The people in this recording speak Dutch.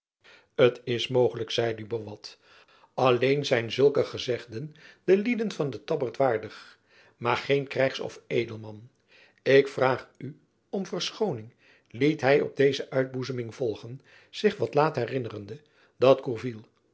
t is mogelijk zeide buat alleen zijn zulke gezegden den lieden van den tabbert waardig maar geen krijgs of edelman ik vraag u om verschooning liet hy op deze uitboezeming volgen zich wat laat herinnerende dat